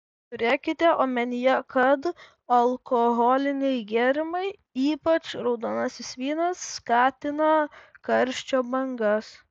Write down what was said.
turėkite omenyje kad alkoholiniai gėrimai ypač raudonasis vynas skatina karščio bangas